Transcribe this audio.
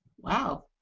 Wow